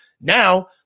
now